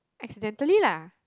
accidentally lah